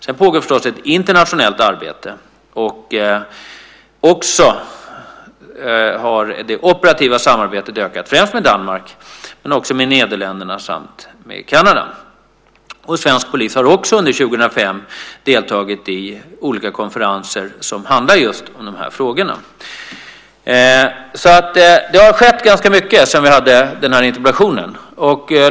Det pågår förstås ett internationellt arbete. Det operativa samarbetet har ökat, främst med Danmark men också med Nederländerna och Kanada. Svensk polis har under 2005 deltagit i olika konferenser som just handlat om de här frågorna. Så det har skett ganska mycket sedan vi hade interpellationsdebatten.